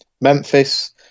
Memphis